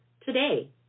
today